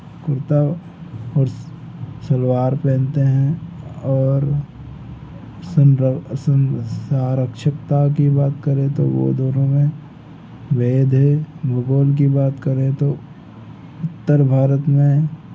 कुर्ता और स सलवार पहनते हैं और साक्षरता की बात करें तो वह दोनों में भेद है भूगोल की बात करें तो उत्तर भारत में